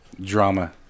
drama